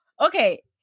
okay